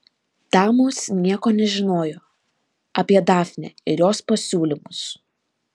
damos nieko nežinojo apie dafnę ir jos pasiūlymus